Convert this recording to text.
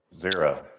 Zero